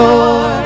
Lord